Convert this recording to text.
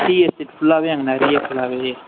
tea estate ஃபுல்லாவே அங்கே நிறைய ஃபுல்லாவே